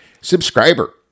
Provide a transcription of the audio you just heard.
subscriber